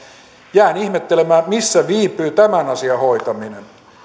jään ihmettelemään missä viipyy tämän asian hoitaminen